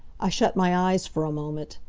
i shut my eyes for a moment.